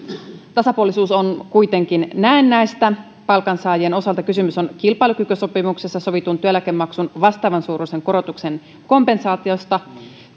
tasapuolisuus on kuitenkin näennäistä palkansaajien osalta kysymys on kilpailukykysopimuksessa sovitun työeläkemaksun vastaavan suuruisen korotuksen kompensaatiosta